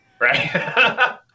right